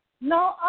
No